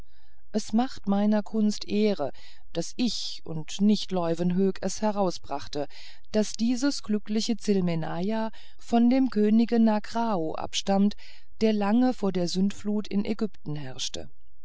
es macht meiner kunst ehre daß ich und nicht leuwenhoek es herausgebracht daß dieses glückliche tsilmenaja von dem könige nacrao abstammt der lange vor der sündflut in ägypten herrschte